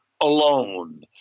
alone